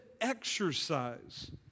exercise